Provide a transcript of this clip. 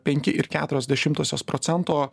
penki ir keturios dešimtosios procento